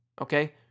okay